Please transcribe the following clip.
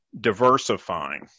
diversifying